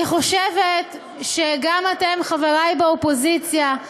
אני חושבת שגם אתם, חברי באופוזיציה,